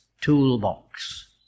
toolbox